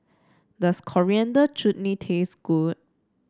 does Coriander Chutney taste good